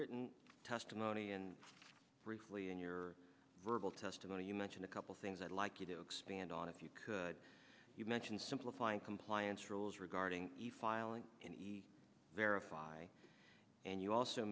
written testimony and briefly in your verbal testimony you mentioned a couple things i'd like you do expand on if you could you mentioned simplifying compliance rules regarding a filing in e verify and you also